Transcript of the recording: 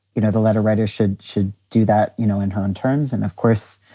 you know, the letter writer should should do that, you know, in her own terms. and of course,